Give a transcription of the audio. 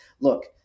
look